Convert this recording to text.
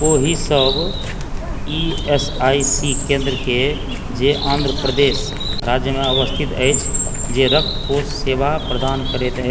ओहिसभ E S I C केंद्रके जे आंध्र प्रदेश राज्यमे अवस्थित अछि जे रक्त कोष सेवा प्रदान करैत अछि